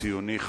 וציוני חם,